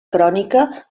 crònica